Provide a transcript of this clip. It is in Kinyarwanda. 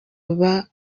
uba